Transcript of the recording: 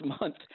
month